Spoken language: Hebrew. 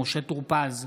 משה טור פז,